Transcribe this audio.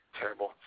terrible